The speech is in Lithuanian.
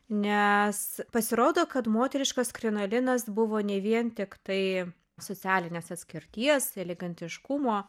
nes pasirodo kad moteriškas krinolinas buvo ne vien tiktai socialinės atskirties elegantiškumo